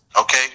okay